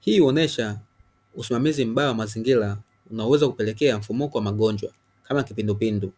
hii huonyesha usimamizi mbaya wa mazingira unaweza kupelekea mfumuko wa magonjwa kama kipindupindu.